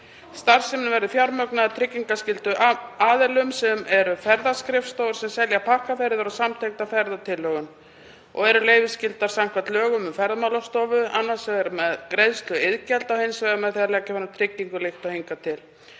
Starfsemin verði fjármögnuð af tryggingarskyldum aðilum sem eru ferðaskrifstofur sem selja pakkaferðir og samtengda ferðatilhögun og eru leyfisskyldar samkvæmt lögum um Ferðamálastofu, annars vegar með greiðslu iðgjalda og hins vegar með því að leggja fram tryggingu líkt og hingað til.